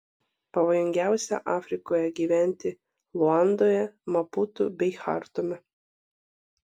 pavojingiausia afrikoje gyventi luandoje maputu bei chartume